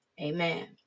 amen